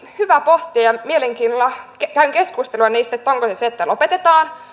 hyvä pohtia ja mielenkiinnolla käyn keskustelua niistä onko se se että lopetetaan